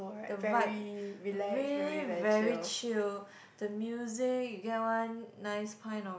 the vibe really very chill the music get one nice pint of